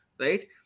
right